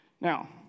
Now